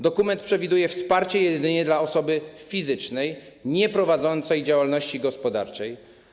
Dokument przewiduje wsparcie jedynie dla osoby fizycznej nieprowadzącej działalności gospodarczej.